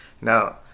Now